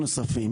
אם